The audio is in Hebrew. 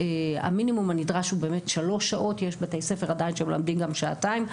המינימום הנדרש הוא שלוש שעות ויש עדיין בתי ספר שמלמדים שעתיים.